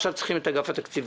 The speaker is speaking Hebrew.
עכשיו צריך את אגף התקציבים.